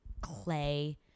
Clay